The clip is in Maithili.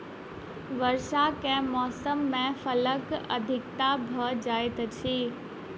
वर्षाक मौसम मे फलक अधिकता भ जाइत अछि